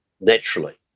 naturally